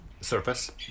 surface